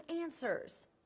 answers